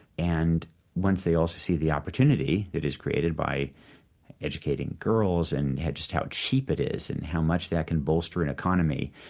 and once they also see the opportunity that is created by educating girls and just how cheap it is and how much that can bolster an economy,